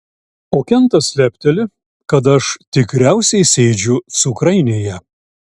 o kentas lepteli kad aš tikriausiai sėdžiu cukrainėje